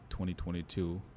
2022